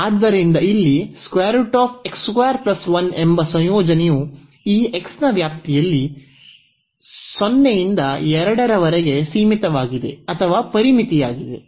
ಆದ್ದರಿಂದ ಇಲ್ಲಿಎಂಬ ಸಂಯೋಜನೆಯು ಈ x ನ ವ್ಯಾಪ್ತಿಯಲ್ಲಿ 0 ರಿಂದ 2 ರವರೆಗೆ ಸೀಮಿತವಾಗಿದೆ ಅಥವಾ ಪರಿಮಿತಿಯಾಗಿದೆ